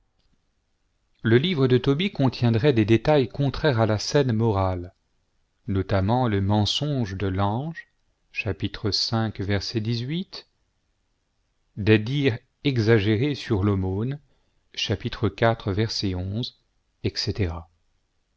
le livre de tobie contiendrait des détails contraires à la saine morale notamment le mensonge de l'ange v de dire exagérés sur l'aumône etc